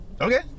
Okay